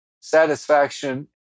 satisfaction